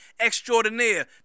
extraordinaire